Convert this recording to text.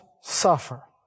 suffer